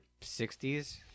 60s